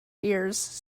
ears